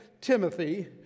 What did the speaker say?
Timothy